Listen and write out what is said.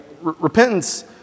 Repentance